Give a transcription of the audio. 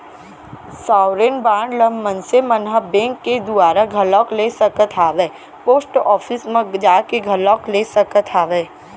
sovereign bond ल मनसे मन ह बेंक के दुवारा घलोक ले सकत हावय पोस्ट ऑफिस म जाके घलोक ले सकत हावय